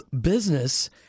business